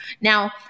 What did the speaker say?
Now